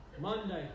Monday